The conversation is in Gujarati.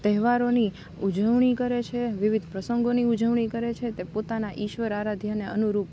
તહેવારોની ઉજવણી કરે છે વિવિધ પ્રસંગોની ઉજવણી કરે છે તે પોતાના ઈશ્વર આરાધ્યને અનુરૂપ